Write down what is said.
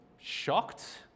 shocked